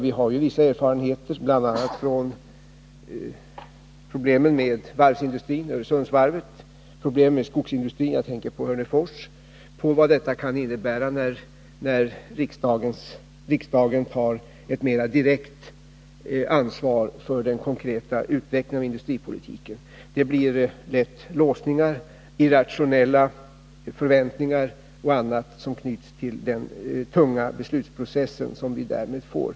Vi har ju vissa erfarenheter, bl.a. från problemen med varvsindustrin — Öresundsvarvet —, problemen med skogsindustrin — jag tänker på Hörnefors —, av vad det kan innebära när riksdagen tar ett mera direkt ansvar för den konkreta utvecklingen av industripolitiken. Det blir lätt låsningar, irrationella förväntningar och annat som knyts till den tunga beslutsprocess som vi därmed får.